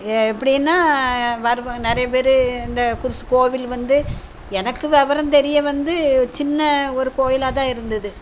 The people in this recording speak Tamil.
எப்படின்னா வரு நிறையா பேர் இந்த குர்ஸு கோயில் வந்து எனக்கு விவரம் தெரிய வந்து சின்ன ஒரு கோயிலாக தான் இருந்தது